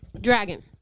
Dragon